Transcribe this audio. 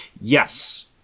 yes